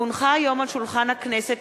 כי הונחו היום על שולחן הכנסת,